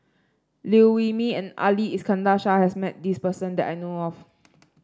Liew Wee Mee and Ali Iskandar Shah has met this person that I know of